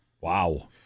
Wow